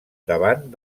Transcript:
davant